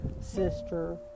sister